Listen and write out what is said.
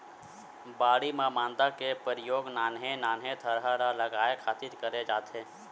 बाड़ी म मांदा के परियोग नान्हे नान्हे थरहा ल लगाय खातिर करे जाथे